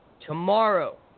Tomorrow